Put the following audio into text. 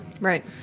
Right